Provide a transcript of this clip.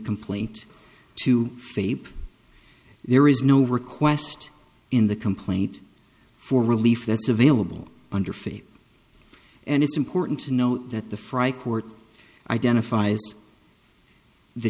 complaint to faith there is no request in the complaint for relief that's available under feet and it's important to note that the fry court identifies the